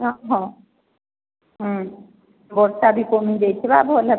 ଓ ହଁ ହୁଁ ବର୍ଷା ବି କମି ଯାଇଥିବ ଭଲ ହେବ